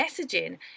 messaging